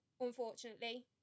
unfortunately